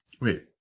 Wait